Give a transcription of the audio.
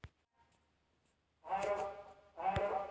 मेरा ATM card खो गया है मैं इसे कैसे बंद करवा सकता हूँ?